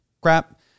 crap